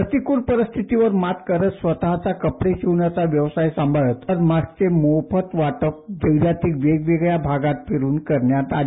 प्रतिकल परिस्थितीवर मात करत स्वतःचा कपडे शिवण्याचा व्यवसाय सांभाळत मास्कचे मोफत वाटप जिल्ह्यातील वेगवेगळ्या भागत फिरून करण्यात आले